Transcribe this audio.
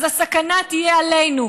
אז הסכנה תהיה עלינו,